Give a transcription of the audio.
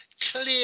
clear